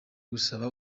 gusaba